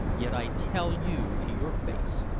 yet i tell you to your face,